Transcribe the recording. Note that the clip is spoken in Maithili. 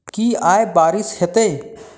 की आय बारिश हेतै?